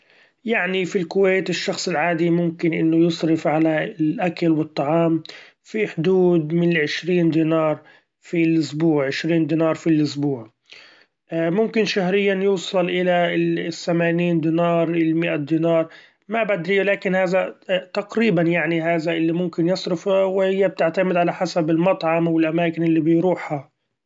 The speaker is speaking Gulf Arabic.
يعني في الكويت الشخص العادي ممكن إنه يصرف على الاكل والطعام في حدود من عشرين دينار في الاسبوع عشرين دينار في الاسبوع، ممكن شهريا يوصل الى ال-الثمإنين دينار المائة دينار ما بعد هي، لكن هذا تقريبا يعني هذا اللي ممكن يصرفه وهي بتعتمد على حسب المطعم والاماكن اللي بيروحها.